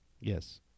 Yes